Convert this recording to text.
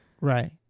Right